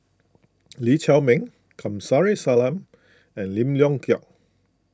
Lee Chiaw Meng Kamsari Salam and Lim Leong Geok